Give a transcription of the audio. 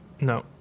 No